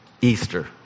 Easter